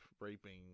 raping